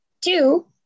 two